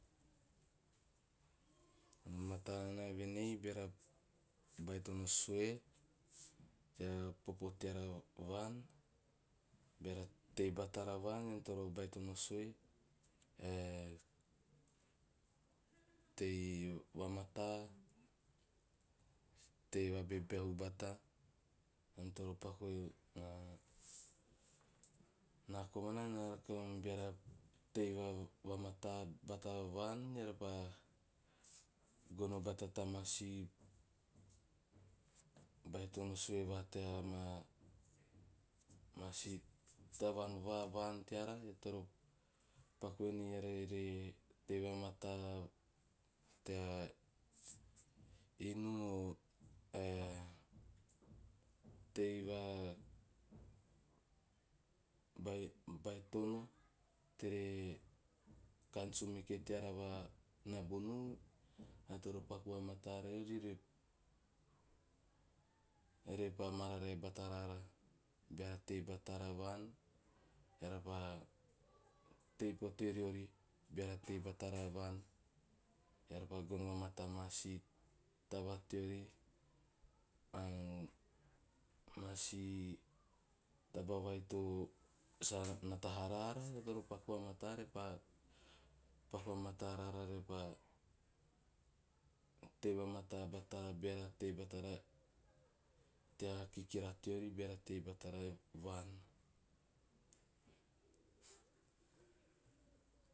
Na mataa nana venei beara baitono sue, tea popo teara vaan, beara tei batara vaan ean toro baitono sue ae tei vamata, tei vabebeahu bata, ean toro paku. Ena komana, nana rake nom beara tei vamataa bata vaan, eara pa gono bata tama si vabaito va teama si tavaan va vaan teara beara toro paku venei eara re tei vamataa tea inu ae a tei, vaa batono tei a kaan sumoke. Teara va nabuunu eara toro paku vamata riori arepa mararae batara, beara tei batara vaan eara repaa tei putee riori beara tei batara vaan eara repa tei pute riori beara tei batara vaan eara paa gono vamataa amaa si. Taba teori ae ama si taba vai to sa nata ha rara, eara toro paku vamataa repa paku vamataa rara repa tei vamataa batara beara tei vamataa batara tea kikira teori beara tei batara vaan.